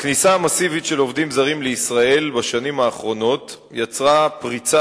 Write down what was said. הכניסה המסיבית של עובדים זרים לישראל בשנים האחרונות יצרה פריצה